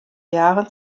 jahren